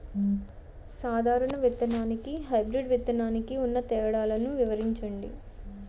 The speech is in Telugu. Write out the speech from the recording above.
సాధారణ విత్తననికి, హైబ్రిడ్ విత్తనానికి ఉన్న తేడాలను వివరించండి?